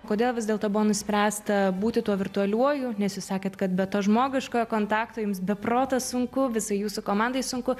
kodėl vis dėlto buvo nuspręsta būti tuo virtualiuoju nes jūs sakėt kad be to žmogiškojo kontakto jums be proto sunku visai jūsų komandai sunku